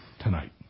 tonight